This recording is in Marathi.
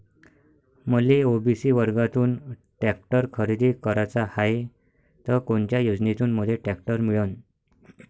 मले ओ.बी.सी वर्गातून टॅक्टर खरेदी कराचा हाये त कोनच्या योजनेतून मले टॅक्टर मिळन?